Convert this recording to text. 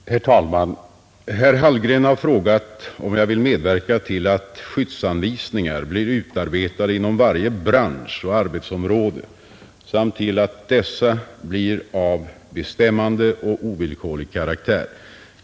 Herr talman! Herr Hallgren har frågat om jag vill medverka till att skyddsanvisningar blir utarbetade inom varje bransch och arbetsområde samt till att dessa blir av bestämmande och ovillkorlig karaktär.